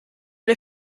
les